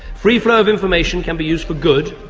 free flow of information can be used for good,